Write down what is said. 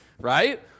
right